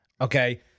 Okay